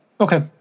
Okay